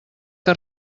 que